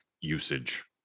usage